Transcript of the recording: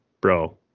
bro